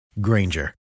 Granger